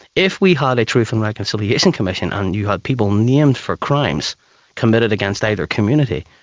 if we had a truth and reconciliation commission and you had people named for crimes committed against either community,